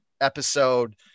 episode